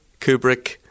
Kubrick